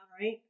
right